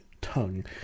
tongue